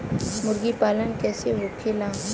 मुर्गी पालन कैसे होखेला?